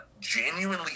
genuinely